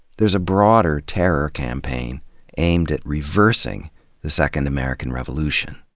there's a broader terror campaign aimed at reversing the second american revolution.